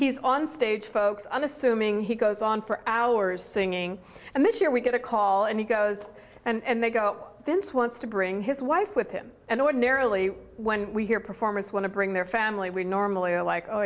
he's on stage folks i'm assuming he goes on for hours singing and this year we get a call and he goes and they go this wants to bring his wife with him and ordinarily when we hear performers want to bring their family we normally are like